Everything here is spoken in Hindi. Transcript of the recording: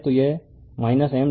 तो यह M di2dt हैं